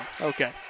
Okay